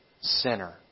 sinner